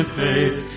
faith